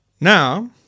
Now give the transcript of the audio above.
Now